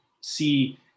see